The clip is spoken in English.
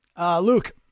Luke